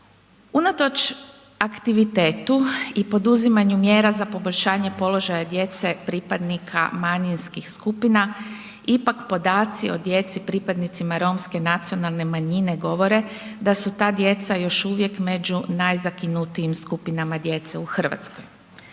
Unatoč aktivitetu i poduzimanju mjera za poboljšanje položaja djece pripadnika manjinskih skupina ipak podaci o djeci pripadnicima romske nacionalne manjine govore da su ta djeca još uvijek među najzakinutijim skupinama djece u Hrvatskoj.